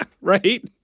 Right